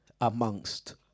amongst